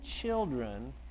children